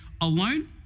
alone